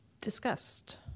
discussed